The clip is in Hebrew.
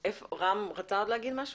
רם רצה להגיד עוד משהו?